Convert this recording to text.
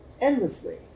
endlessly